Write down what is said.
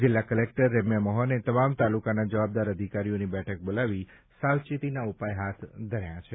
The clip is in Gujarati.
જિલ્લા કલેક્ટર રેમ્યા મોહને તમામ તાલુકાના જવાબદાર અધિકારીઓની બેઠક બોલાવી સાવચેતીના ઉપાય હાથ ધર્યા છે